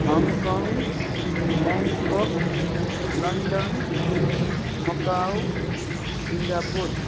Hong Kong Bangkok London Macau Singapore